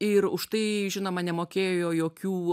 ir už tai žinoma nemokėjo jokių